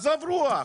עזוב רוח,